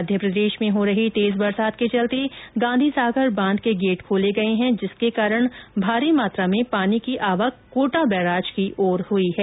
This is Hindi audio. मध्यप्रदेश में हो रही तेज बरसात के चलते गांधी सागर बांध के गेट खोले गए हैं जिसके कारण भारी मात्रा में पानी की आवक कोटा बैराज की ओर हुई है